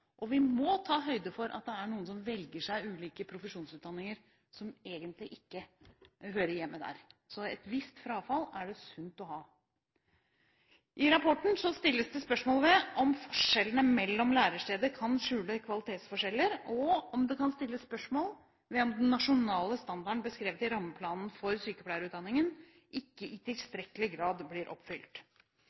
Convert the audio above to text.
Og vi må ta høyde for at det er noen som velger seg ulike profesjonsutdanninger som egentlig ikke hører hjemme der, så et visst frafall er det sunt å ha. I rapporten stilles det spørsmål ved om forskjellene mellom læresteder kan skjule kvalitetsforskjeller, og om det kan stilles spørsmål ved om den nasjonale standarden beskrevet i rammeplanen for sykepleierutdanningen ikke i tilstrekkelig grad blir oppfylt.